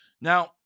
Now